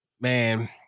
man